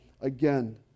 again